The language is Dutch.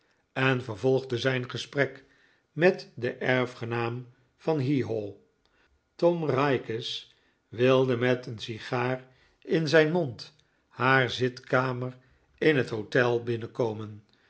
en vervolgde zijn gesprek met den erfgenaam van heehaw tom raikes wilde met een sigaar in zijn mond haar zitkamer in het hotel binnenkomen